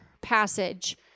passage